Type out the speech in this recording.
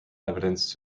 evidence